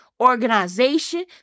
organization